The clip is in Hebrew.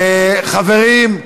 חברים,